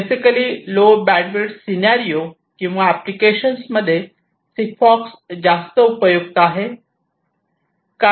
basically low bandwidth scenario किंवा application मध्ये Sigfox जास्त उपयुक्त आहे